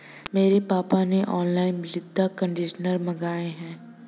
मेरे पापा ने ऑनलाइन मृदा कंडीशनर मंगाए हैं